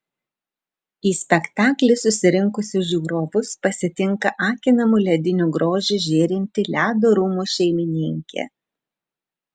į spektaklį susirinkusius žiūrovus pasitinka akinamu lediniu grožiu žėrinti ledo rūmų šeimininkė